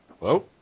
Hello